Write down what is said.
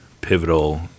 pivotal